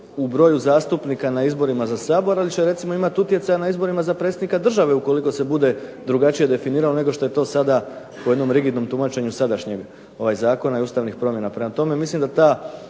u broju zastupnika na izborima za Sabor, ali će recimo imati utjecaj na izborima za predsjednika države ukoliko se bude drugačije definiralo nego što je to sada po jednom rigidnom tumačenju sadašnjem zakona i ustavnih promjena.